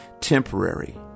temporary